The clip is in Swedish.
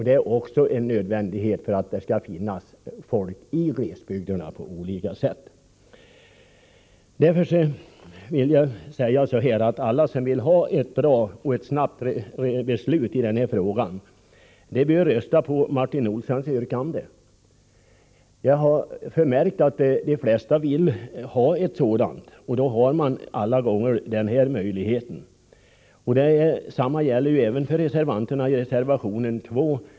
Det är också en nödvändighet för att det skall finnas folk i glesbygderna. Alla som vill ha ett bra och snabbt beslut i den här frågan bör rösta på Martin Olssons yrkande. Jag har förmärkt att de flesta vill ha ett sådant beslut, och då har man den här möjligheten. Den möjligheten finns också för reservanterna i reservation 2.